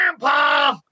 grandpa